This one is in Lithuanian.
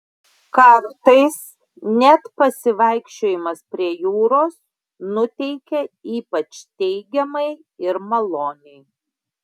kartais net pasivaikščiojimas prie jūros nuteikia ypač teigiamai ir maloniai